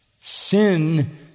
sin